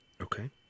Okay